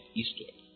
eastward